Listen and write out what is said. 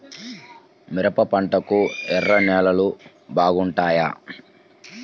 మిరప పంటకు ఎర్ర నేలలు బాగుంటాయా?